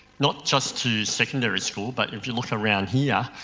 not just to secondary school but if you look around here,